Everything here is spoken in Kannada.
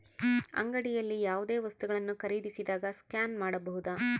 ಅಂಗಡಿಯಲ್ಲಿ ಯಾವುದೇ ವಸ್ತುಗಳನ್ನು ಖರೇದಿಸಿದಾಗ ಸ್ಕ್ಯಾನ್ ಮಾಡಬಹುದಾ?